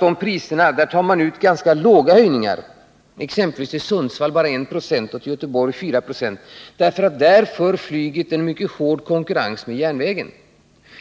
För exempelvis Sundsvall är det fråga om endast 1 926 och för Göteborg 4 96, eftersom flyget där har en mycket hård konkurrens 65 med järnvägen, vilket